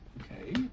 okay